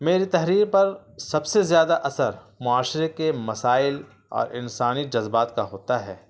میری تحریر پر سب سے زیادہ اثر معاشرے کے مسائل اور انسانی جذبات کا ہوتا ہے